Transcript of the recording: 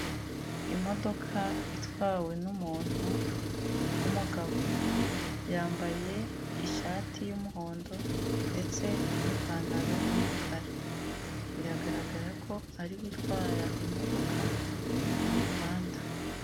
Imodoka itwawe n'umuntu w'umugabo, yambaye ishati y'umuhondo ndetse n'ipantaro y'umukara, biragaragara ko ari gutwara imodoka mu muhanda.